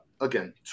again